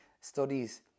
Studies